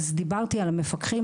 אז דיברתי על מפקחים,